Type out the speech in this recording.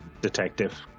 Detective